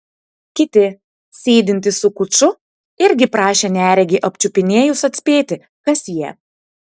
kiti sėdintys su kuču irgi prašė neregį apčiupinėjus atspėti kas jie